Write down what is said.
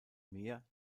meer